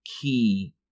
key